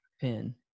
pin